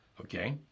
Okay